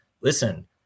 listen